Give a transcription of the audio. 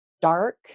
dark